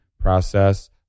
process